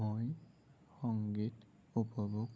মই সংগীত উপভোগ কৰোঁ